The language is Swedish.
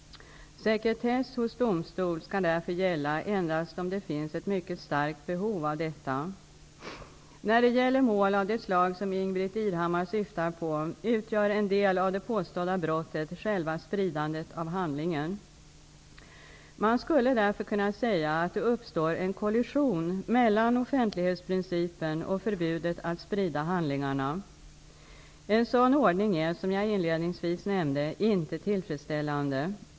Sekretess hos domstol skall därför gälla endast om det finns ett mycket starkt behov för detta. När det gäller mål av det slag som Ingbritt Irhammar syftar på, utgör en del av det påstådda brottet själva spridandet av handlingen. Man skulle därför kunna säga att det uppstår en kollision mellan offentlighetsprincipen och förbudet att sprida handlingarna. En sådan ordning är, som jag inledningsvis nämnde, inte tillfredsställande.